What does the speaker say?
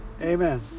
Amen